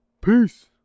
Peace